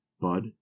bud